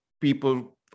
people